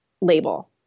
label